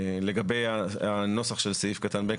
לגבי הנוסח של סעיף קטן (ב):